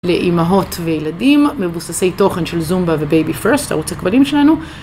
לאמהות וילדים מבוססי תוכן של זומבה ובייבי פירסט, ערוץ הכבלים שלנו.